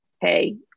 Hey